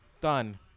Done